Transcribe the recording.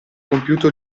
compiuto